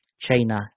China